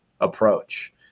approach